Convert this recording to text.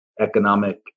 economic